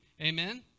Amen